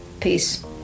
peace